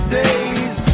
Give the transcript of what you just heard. days